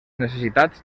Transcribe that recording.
necessitats